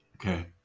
Okay